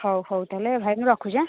ହଉ ହଉ ତା'ହେଲେ ଭାଇନା ରଖୁଛି ହାଁ